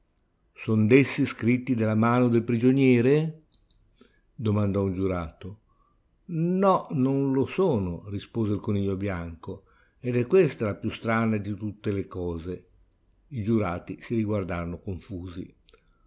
son dessi scritti dalla mano del prigioniere domandò un giurato nò non lo sono rispose il coniglio bianco ed è questa la più strana di tutte le cose i